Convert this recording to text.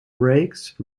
brakes